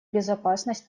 безопасность